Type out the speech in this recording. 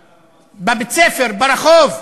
בבית-ספר, ברחוב,